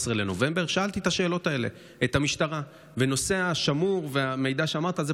בנובמבר שאלתי את המשטרה את השאלות האלה,